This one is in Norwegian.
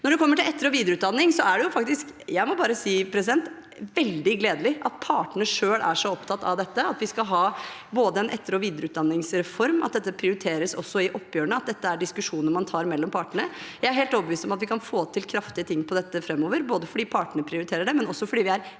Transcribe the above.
Når det gjelder etter- og videreutdanning, må jeg bare si at det er veldig gledelig at partene selv er så opptatt av dette: at vi skal ha både en etter- og videreutdanningsreform, at dette også prioriteres i oppgjørene, og at dette er diskusjoner man tar mellom partene. Jeg er helt overbevist om at vi kan få til kraftige ting på dette framover, fordi partene prioriterer det, og fordi vi er